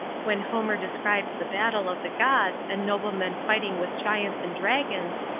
when homer describes the battle of the gods and noble men fighting with giants and dragons,